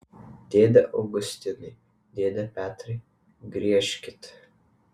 dėde augustinai dėde petrai griežkit